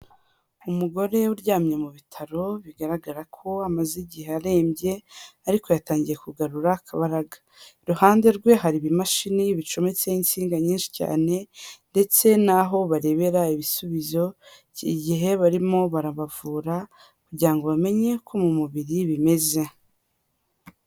Umugore uryamye mu bitaro, bigaragara ko amaze igihe arembye, ariko yatangiye kugarura akabaraga. Iruhande rwe hari ibimashini bicometseho insinga nyinshi cyane ndetse n'aho barebera ibisubizo, igihe barimo barabavura kugira ngo bamenye uko mu mubiri bimeze.